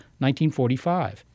1945